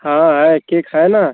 हाँ है केक है न